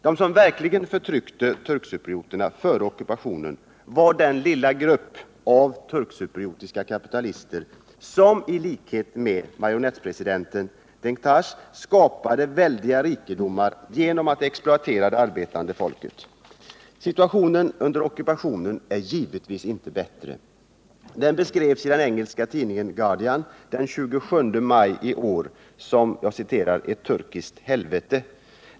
De som verkligen förtryckte turkcyprioterna före ockupationen var den lilla grupp av turkcypriotiska kapitalister, som i likhet med marionettpresidenten Denktash skapade väldiga rikedomar genom att exploatera det arbetande folket. Situationen under ockupationen är givetvis inte bättre. Den beskrevs i den engelska tidningen Guardian den 27 maj i år som ”ett turkiskt helvete”.